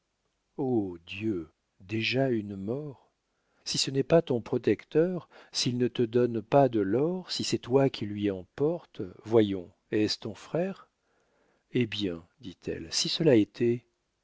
dieu déjà une mort si ce n'est pas ton protecteur s'il ne te donne pas de l'or si c'est toi qui lui en portes voyons est-ce ton frère eh bien dit-elle si cela était